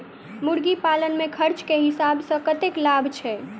मुर्गी पालन मे खर्च केँ हिसाब सऽ कतेक लाभ छैय?